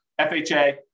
FHA